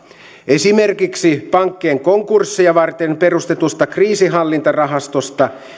esimerkiksi pankkien konkursseja varten perustetusta kriisinhallintarahastosta